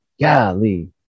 golly